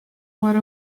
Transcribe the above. one